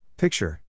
Picture